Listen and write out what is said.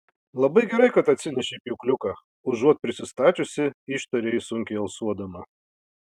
labai gerai kad atsinešei pjūkliuką užuot prisistačiusi ištarė ji sunkiai alsuodama